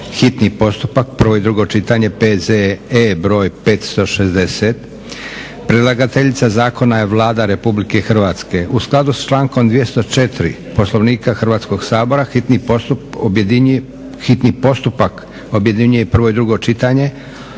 hitni postupak, prvo i drugo čitanje, P.Z.E. br. 560 Predlagateljica zakona je Vlada RH. U skladu sa člankom 204. Poslovnika Hrvatskog sabora hitni postupak objedinjuje prvo i drugo čitanje,